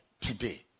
today